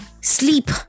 sleep